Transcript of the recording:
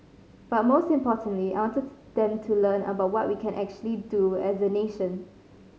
but most importantly I wanted them to learn about what we can actually do as a nation